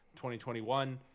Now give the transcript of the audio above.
2021